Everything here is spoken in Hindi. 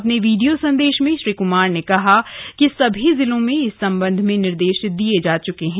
अपने वीडियो सन्देश में श्री कुमार ने कहा कि सभी जिलों में इस सम्बंध में निर्देश दिये जा चुके हैं